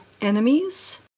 Enemies